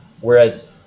Whereas